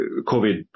COVID